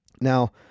now